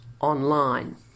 online